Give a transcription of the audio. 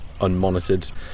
unmonitored